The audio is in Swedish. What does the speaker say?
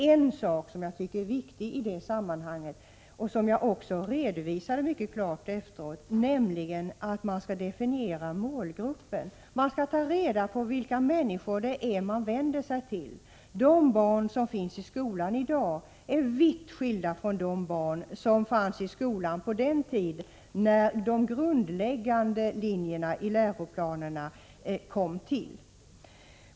En sak som jag tycker är viktig i det sammanhanget och som jag också mycket klart redovisade är att man skall definiera målgruppen: Man skall ta reda på vilka människor det är man vänder sig till. De barn som i dag finns i skolan är mycket olika de barn som gick i skolan på den tiden när de grundläggande linjerna i läroplanerna kom till.